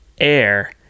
air